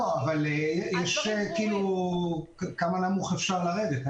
אבל יש גבול כמה נמוך אפשר לרדת.